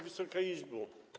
Wysoka Izbo!